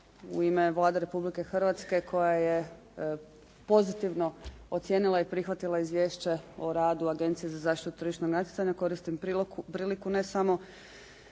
u ime Vlade Republike Hrvatske koja je pozitivno ocijenila i prihvatila izvješće o radu Agencije za zaštitu tržišnog natjecanja, koristim priliku ne samo